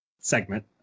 segment